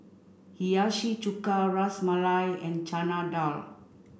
Hiyashi Chuka Ras Malai and Chana Dal